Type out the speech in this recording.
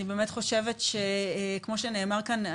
אני חושבת שכמו שנאמר כאן,